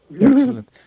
Excellent